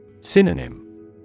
Synonym